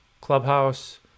clubhouse